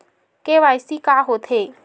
KYC का होथे?